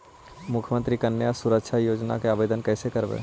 मुख्यमंत्री कन्या सुरक्षा योजना के आवेदन कैसे करबइ?